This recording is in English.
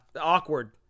Awkward